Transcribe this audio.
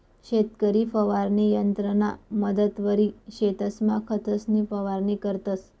शेतकरी फवारणी यंत्रना मदतवरी शेतसमा खतंसनी फवारणी करतंस